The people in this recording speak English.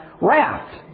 raft